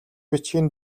бичгийн